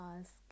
ask